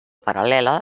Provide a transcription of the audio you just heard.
paral·lela